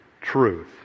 truth